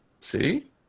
See